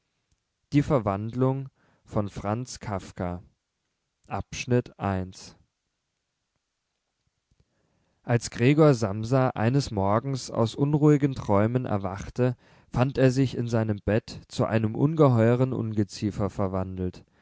franz kafka die verwandlung i als gregor samsa eines morgens aus unruhigen träumen erwachte fand er sich in seinem bett zu einem ungeheueren ungeziefer verwandelt